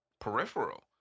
peripheral